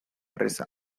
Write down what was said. erraza